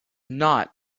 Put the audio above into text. not